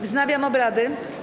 Wznawiam obrady.